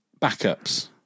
backups